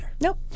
Nope